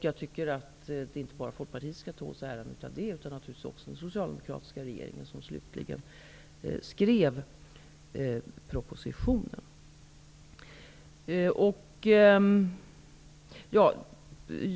Jag tycker att inte bara Folkpartiet skall ta åt sig äran, utan även den socialdemokratiska regeringen som slutligen skrev propositionen.